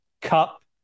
Cup